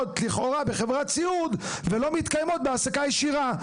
לכאורה בחברת סיעוד ולא מתקיימות בהעסקה ישירה.